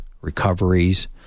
recoveries